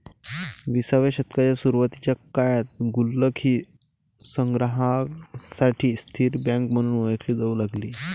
विसाव्या शतकाच्या सुरुवातीच्या काळात गुल्लक ही संग्राहकांसाठी स्थिर बँक म्हणून ओळखली जाऊ लागली